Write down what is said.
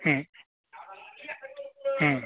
हं हं